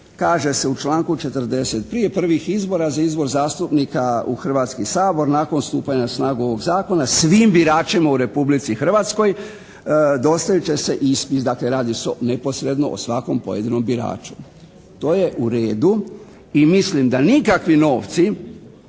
Kaže se u članku 40., prije prvih izbora za izbor zastupnika u Hrvatski sabor nakon stupanja na snagu ovog zakona, svim biračima u Republici Hrvatskoj dostavit će se ispis. Dakle radi se neposredno o svakom pojedinom biraču. To je u redu i mislim da nikakvi novci,